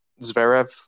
Zverev